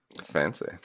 Fancy